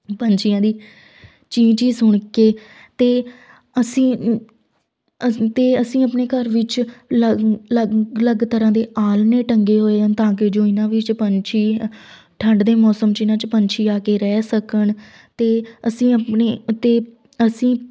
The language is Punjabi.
ਪੰਛੀਆਂ ਦੀ ਚੀਂ ਚੀਂ ਸੁਣ ਕੇ ਅਤੇ ਅਸੀਂ ਅਸੀਂ ਅਤੇ ਅਸੀਂ ਆਪਣੇ ਘਰ ਵਿੱਚ ਅਲੱਗ ਅਲੱਗ ਅਲੱਗ ਤਰ੍ਹਾਂ ਦੇ ਆਲਣੇ ਟੰਗੇ ਹੋਏ ਆ ਤਾਂ ਕਿ ਜੋ ਇਹਨਾਂ ਵਿੱਚ ਪੰਛੀ ਠੰਡ ਦੇ ਮੌਸਮ 'ਚ ਇਹਨਾਂ 'ਚ ਪੰਛੀ ਆ ਕੇ ਰਹਿ ਸਕਣ ਅਤੇ ਅਸੀਂ ਆਪਣੇ ਅਤੇ ਅਸੀਂ